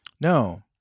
No